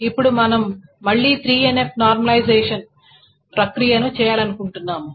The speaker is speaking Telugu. ఇప్పుడు మనం మళ్ళీ 3NF నార్మలైజషన్ ప్రక్రియను చేయాలనుకుంటున్నాము